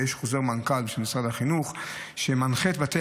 יש חוזר מנכ"ל של משרד החינוך שמנחה את בתי